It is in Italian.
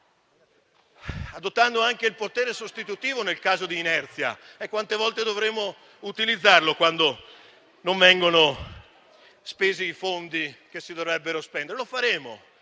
adottando anche il potere sostitutivo nel caso di inerzia e quante volte dovremo utilizzarlo, quando non verranno spesi i fondi che si dovranno spendere. Lo faremo